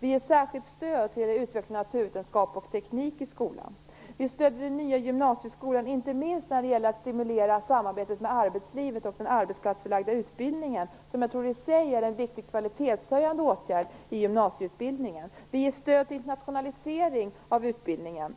Vi ger särskilt stöd till utvecklingen av naturvetenskap och teknik i skolan. Vi har stött den nya gymnasieskolan. Inte minst gäller det då att stimulera samarbetet med arbetslivet och den arbetsplatsförlagda utbildningen, som jag tror i sig är en viktig kvalitetshöjande åtgärd i gymnasieutbildningen. Vi ger också stöd till en internationalisering av utbildningen.